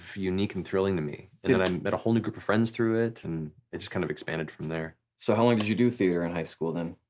unique and thrilling to me. and i met a whole new group of friends through it, and it just kinda kind of expanded from there. so how long did you do theater in high school then?